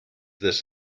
this